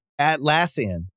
Atlassian